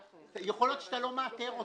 -- יכול להיות שאתה לא מאתר אותו,